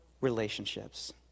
relationships